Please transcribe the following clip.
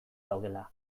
daudela